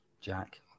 Jack